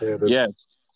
Yes